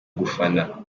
gufana